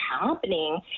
happening